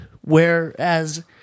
Whereas